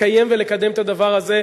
לקיים ולקדם את הדבר הזה,